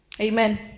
Amen